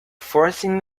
forcing